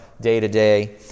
day-to-day